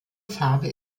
farbe